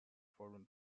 foreign